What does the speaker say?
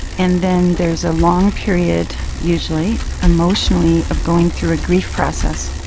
and then there's a long period usually emotionally of going through a grief process.